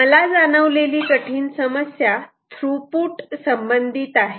मला जाणवलेली कठीण समस्या थ्रुपुट संबंधित आहे